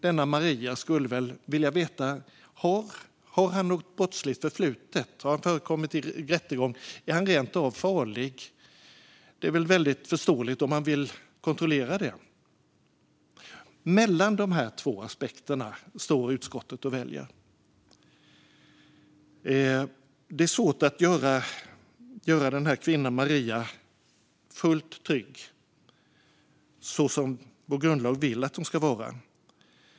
Denna Maria skulle väl vilja veta: Har han något brottsligt förflutet? Har han förekommit i någon rättegång? Är han rent av farlig? Det är väl väldigt förståeligt om man vill kontrollera det. Mellan de här två aspekterna står utskottet och väljer. Det är svårt att göra denna kvinna, Maria, fullt trygg, så som vår grundlag vill att hon ska vara.